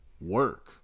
work